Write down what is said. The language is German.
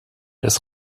des